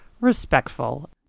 respectful